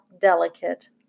delicate